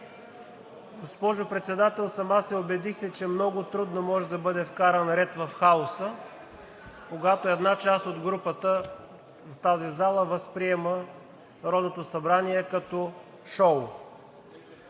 Госпожо Председател, сама се убедихте, че много трудно може да бъде вкаран ред в хаоса, когато една част от групата в тази зала възприема Народното събрание като шоу.